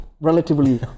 relatively